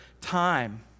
time